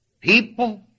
People